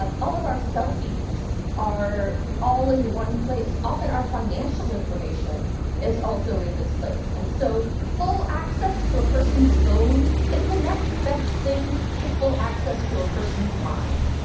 ah all of our selfies are all in one place, often our financial information is also in this place. and so, full access to a person's phone is the next best thing to full access to a person's mind.